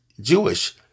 Jewish